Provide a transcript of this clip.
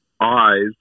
eyes